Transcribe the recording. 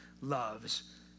loves